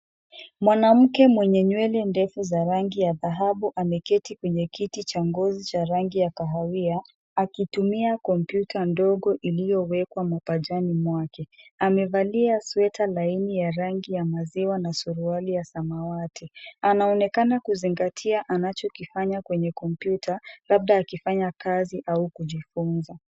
Mwanamke mwenye nywele ndefu za rangi ya dhahabu ameketi kwenye kiti cha ngozi cha rangi ya kahawia, akitumia kompyuta ndogo iliyowekwa mapajani mwake. Amevalia sweta laini ya rangi ya maziwa na suruali ya samawati. Anaonekana kuzingatia anachofanya kwenye kompyuta, labda akifanya kazi au kujifunza.